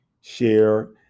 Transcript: share